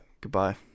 Goodbye